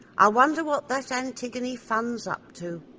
i wonder what that antigone funn's up to,